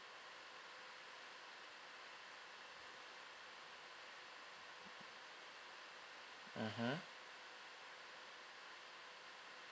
mmhmm